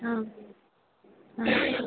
ஆ ஆ